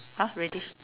[huh] reddish